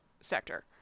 sector